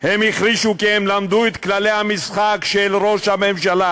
הם החרישו כי הם למדו את כללי המשחק של ראש הממשלה: